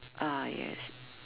ah yes